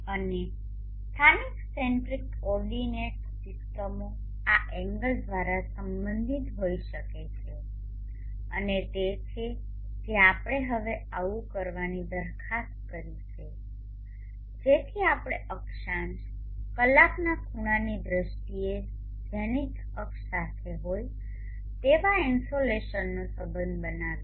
અને સ્થાનિક centric coordinate સિસ્ટમો આ એંગલ દ્વારા સંબંધિત હોઈ શકે છે અને તે છે જે આપણે હવે આવું કરવાની દરખાસ્ત કરી છે જેથી આપણે અક્ષાંશ કલાકના ખૂણાની દ્રષ્ટિએ ઝેનિથ અક્ષ સાથે હોય તેવા ઇનસોલેશનનો સંબંધ લાવીએ